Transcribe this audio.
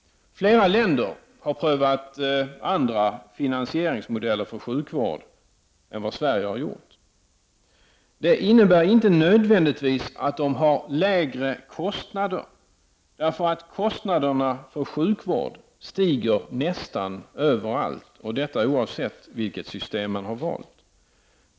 Flera länder har prövat andra finansieringsmodeller när det gäller sjukvård än vad Sverige har gjort. Det innebär inte nödvändigtvis att de har lägre kostnader, eftersom kostnaderna för sjukvård stiger nästan överallt, oavsett vilket system man har valt.